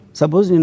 suppose